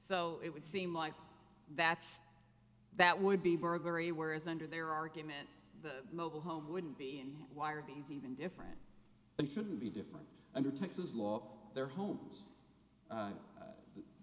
so it would seem like that's that would be burglary whereas under their argument the mobile home wouldn't be and why are these even different and shouldn't be different under texas law their homes